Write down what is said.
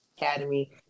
academy